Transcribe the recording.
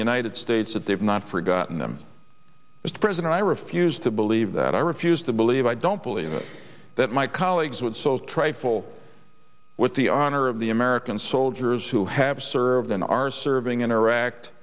the united states that they have not forgotten them as president i refuse to believe that i refuse to believe i don't believe that my colleagues would so trifle with the honor of the american soldiers who have served in our serving in iraq